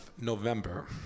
November